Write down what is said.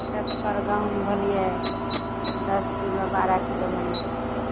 छतपर गहूँम धोलियै दस किलो बारह किलो मने